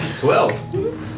Twelve